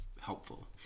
helpful